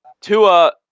Tua